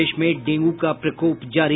प्रदेश में डेंगू का प्रकोप जारी